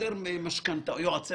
יועצי